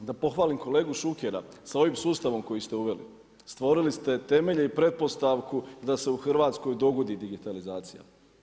Da pohvalim kolegu Šukera sa ovim sustavom koji ste uveli stvorili ste temelje i pretpostavku da se u Hrvatskoj dogodi digitalizacija.